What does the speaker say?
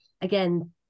again